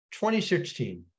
2016